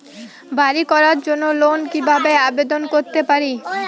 বাড়ি করার জন্য লোন কিভাবে আবেদন করতে পারি?